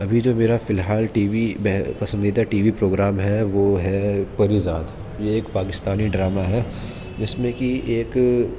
ابھی جو میرا فی الحال ٹی وی پسندیدہ ٹی وی پروگرام ہے وہ ہے پری زاد یہ ایک پاکستانی ڈرامہ ہے جس میں کہ ایک